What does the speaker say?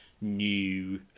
new